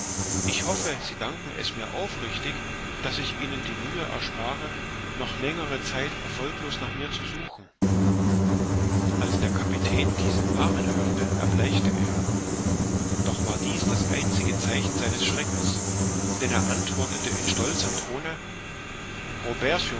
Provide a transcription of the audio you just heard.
ich hoffe sie danken es mir aufrichtig daß ich ihnen die mühe erspare noch längere zeit erfolglos nach mir zu suchen als der kapitän diesen namen hörte erbleichte er doch war dies das einzige zeichen seines schreckens denn er antwortete in stolzem tone robert